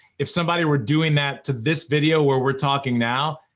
if somebody were doing that to this video where we're talking now,